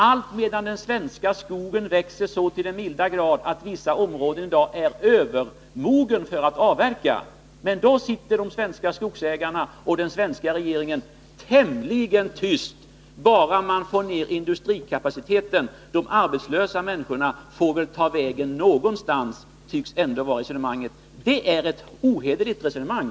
Under tiden växer den svenska skogen så till den milda grad att vissa områden i dag är övermogna att avverkas. Men skogsägarna avverkar inte, och regeringen vill inte ingripa. Bara man får ned industrikapaciteten får väl de arbetslösa människorna ta vägen någonstans, resonerar man tydligen. Det är ett cyniskt resonemang.